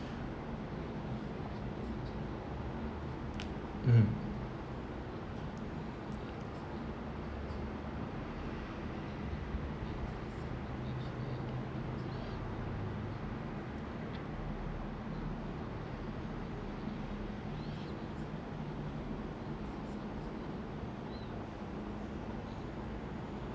mm